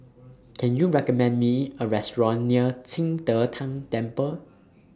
Can YOU recommend Me A Restaurant near Qing De Tang Temple